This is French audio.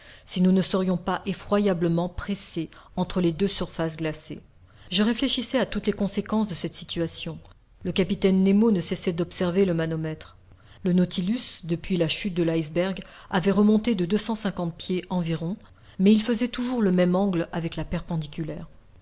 si nous ne serions pas effroyablement pressés entre les deux surfaces glacées je réfléchissais à toutes les conséquences de cette situation le capitaine nemo ne cessait d'observer le manomètre le nautilus depuis la chute de l'iceberg avait remonté de cent cinquante pieds environ mais il faisait toujours le même angle avec la perpendiculaire